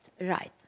right